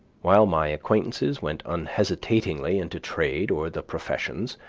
while my acquaintances went unhesitatingly into trade or the professions,